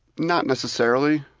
not necessarily.